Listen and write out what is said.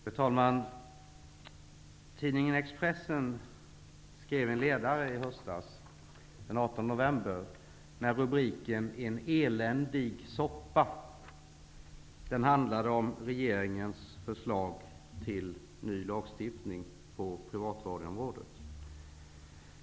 Fru talman! Tidningen Expressen hade en ledare den 18 november med rubriken: En eländig soppa. Den handlade om regeringens förslag till ny lagstiftning på privatradioområdet.